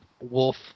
wolf